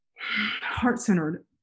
heart-centered